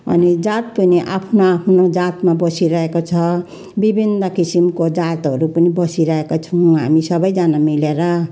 अनि जात पनि आफ्नो आफ्नो जातमा बसिरहेको छ विभिन्न किसिमको जातहरू पनि बसिरहेको छौँ हामी सबैजना मिलेर